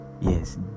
yes